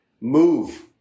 move